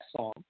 song